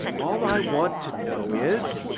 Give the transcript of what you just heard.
all i want to know is,